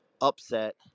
upset